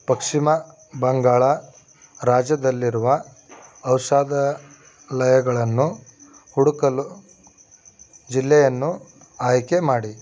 ಪಶ್ಚಿಮ ಬಂಗಾಳ ರಾಜ್ಯದಲ್ಲಿರುವ ಔಷಧಾಲಯಗಳನ್ನು ಹುಡುಕಲು ಜಿಲ್ಲೆಯನ್ನು ಆಯ್ಕೆ ಮಾಡಿ